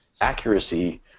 accuracy